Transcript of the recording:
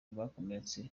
bakomeretse